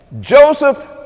Joseph